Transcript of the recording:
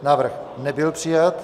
Návrh nebyl přijat.